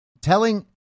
telling